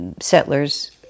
Settlers